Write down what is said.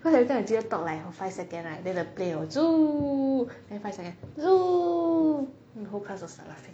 cause every time the cher talk like for five second right then the plane then five seconds then the whole class will start laughing